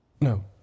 No